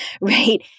Right